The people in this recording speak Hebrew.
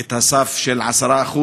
כבר את הסף של 10%,